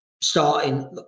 starting